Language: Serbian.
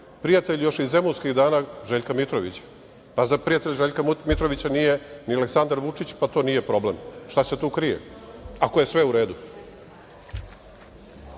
prijatelj još iz zemunskih dana Željka Mitrovića? Pa, zar prijatelj Željka Mitrovića nije i Aleksandar Vučić pa to nije problem? Šta se tu krije, ako je sve u redu? Par